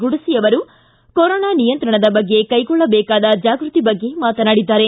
ಗುಡಸಿ ಅವರು ಕೊರೊನಾ ನಿಯಂತ್ರಣದ ಬಗ್ಗೆ ಕೈಗೊಳ್ಳಬೇಕಾದ ಜಾಗೃತಿ ಬಗ್ಗೆ ಮಾತನಾಡಿದ್ದಾರೆ